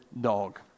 dog